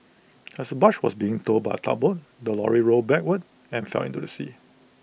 as the barge was being towed by A tugboat the lorry rolled backward and fell into the sea